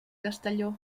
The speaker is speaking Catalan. castelló